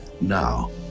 now